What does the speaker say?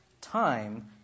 time